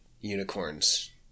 unicorns